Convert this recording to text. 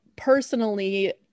personally